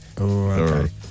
Okay